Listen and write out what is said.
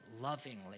lovingly